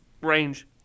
Range